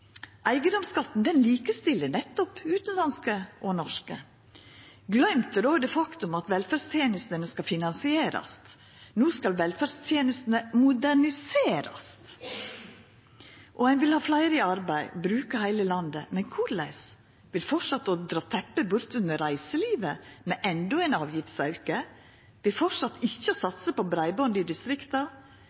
Eigedomsskatten likestiller nettopp utanlandske og norske. Gløymt er det faktumet at velferdstenestene skal finansierast. No skal velferdstenestene moderniserast. Og ein vil ha fleire i arbeid, bruka heile landet. Men korleis? Ved framleis å dra teppe bort under reiselivet med endå ein avgiftsauke, ved framleis ikkje å satsa på breiband i distrikta?